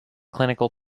clinical